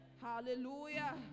Hallelujah